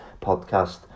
podcast